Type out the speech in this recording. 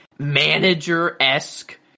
Manager-esque